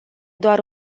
doar